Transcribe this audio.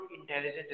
intelligent